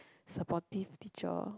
supportive teacher